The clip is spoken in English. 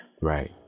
Right